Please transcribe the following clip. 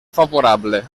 favorable